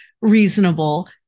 reasonable